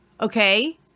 Okay